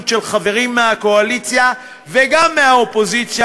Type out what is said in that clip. של חברים מהקואליציה וגם מהאופוזיציה.